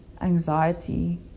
anxiety